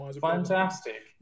Fantastic